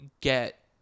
get